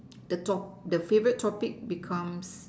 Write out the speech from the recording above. the top the favourite topic becomes